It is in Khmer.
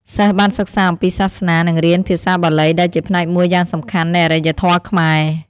សិស្សបានសិក្សាអំពីសាសនានិងរៀនភាសាបាលីដែលជាផ្នែកមួយយ៉ាងសំខាន់នៃអរិយធម៌ខ្មែរ។